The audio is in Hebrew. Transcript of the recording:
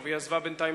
היא עזבה בינתיים,